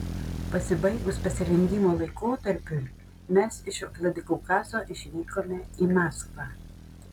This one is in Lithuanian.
pasibaigus pasirengimo laikotarpiui mes iš vladikaukazo išvykome į maskvą